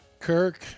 Kirk